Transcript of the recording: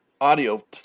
audio